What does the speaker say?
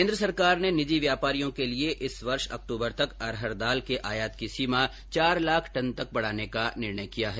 केन्द्र सरकार ने निजी व्यापारियों के लिये इस वर्ष अक्टूबर तक अरहर दाल के आयात की सीमा चार लाख टन तक बढाने का निर्णय किया है